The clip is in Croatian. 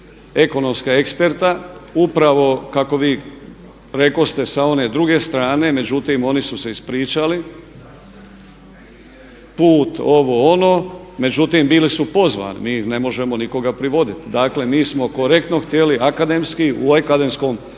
ekonomska eksperta upravo kako vi rekoste sa one druge strane međutim oni su se ispričali, put i ovo, ono. Međutim bili su pozvani. Mi ne možemo nikoga privoditi. Dakle, mi smo korektno htjeli akademski u akademskom